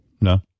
No